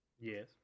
Yes